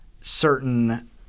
certain